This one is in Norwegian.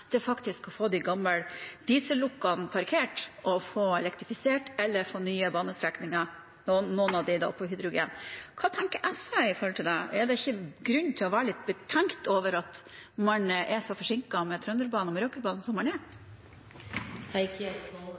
komme med, faktisk er å få de gamle diesellokomotivene parkert og få elektrifisert, eller få nye banestrekninger – noen av dem på hydrogen. Hva tenker SV om det? Er det ikke grunn til å være litt betenkt over at man er så forsinket med Trønderbanen og Meråkerbanen som man er?